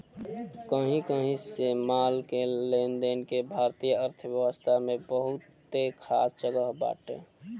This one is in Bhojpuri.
कही कही से माल के लेनदेन के भारतीय अर्थव्यवस्था में बहुते खास जगह बाटे